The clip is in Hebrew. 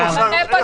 בצורה